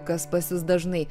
kas pas jus dažnai